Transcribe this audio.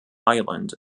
island